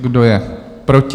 Kdo je proti?